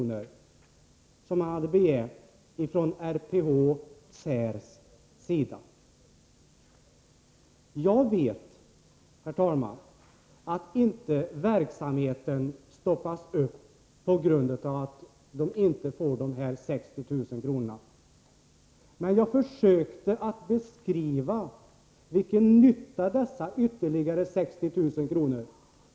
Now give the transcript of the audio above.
fattas som RPH-SÄR hade begärt. Jag vet, herr talman, att verksamheten inte stoppas upp på grund av att man inte får dessa 60 000 kr. Men jag försökte beskriva vilken nytta dessa ytterligare 60 000 kr.